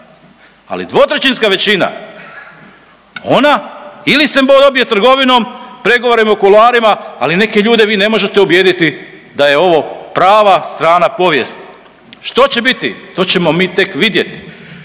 Ali 2/3 većina ona ili se dobije trgovinom, pregovorima u kuloarima, ali neke ljude vi ne možete ubijediti da je ovo prava strana povijesti. Što će biti? To ćemo mi tek vidjeti.